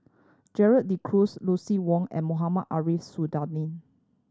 Gerald De Cruz Lucien Wang and Mohamed Ariff Suradi